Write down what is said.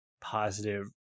positive